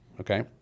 okay